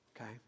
Okay